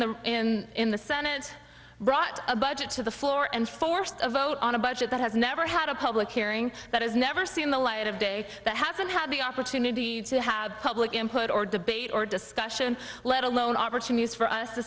the in the senate brought a budget to the floor and forced a vote on a budget that has never had a public hearing that has never seen the light of day that hasn't had the opportunity to have public input or debate or discussion let alone opportunities for us to